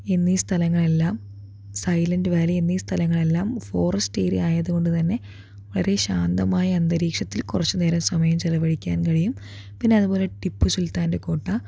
എന്നീ സ്ഥലങ്ങളെല്ലാം സൈലൻറ്റ്വാലി എന്നീ സ്ഥലങ്ങളെല്ലാം ഫോറസ്റ്റ് ഏരിയ ആയത് കൊണ്ട് തന്നെ വളരെ ശാന്തമായ അന്തരീക്ഷത്തിൽ കുറച്ച് നേരം സമയം ചിലവഴിക്കാൻ കഴിയും പിന്നെ അതുപോലെ ടിപ്പുസുൽത്താൻ്റെ കോട്ട